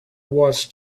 was